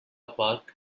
park